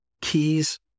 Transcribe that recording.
Keys